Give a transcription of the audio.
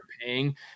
paying